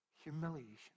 Humiliation